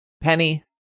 Penny